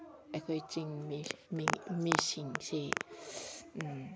ꯑꯩꯈꯣꯏ ꯆꯤꯉꯃꯤ ꯃꯤꯁꯤꯡꯁꯤ